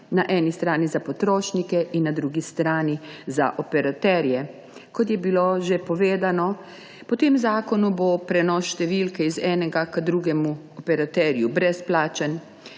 na eni strani za potrošnike in na drugi strani za operaterje. Kot je bilo že povedano, po tem zakonu bo prenos številke od enega operaterja k drugemu operaterju brezplačen,